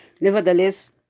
Nevertheless